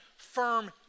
firm